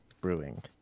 Brewing